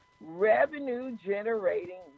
revenue-generating